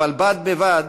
אבל בד בבד,